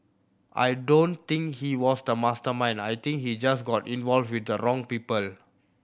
I don't think he was the mastermind I think he just got involved with the wrong people